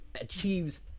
achieves